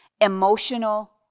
emotional